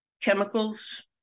Chemicals